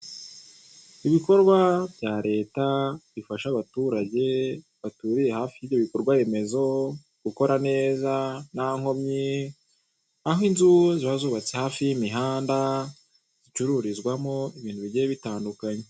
Ibikorwa bya leta bifasha abaturage baturiye hafi y'ibyo bikorwaremezo gukora neza nta nkomyi aho inzu ziba zubatse hafi y'imihanda zicururizwamo ibintu bigiye bitandukanye.